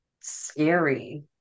scary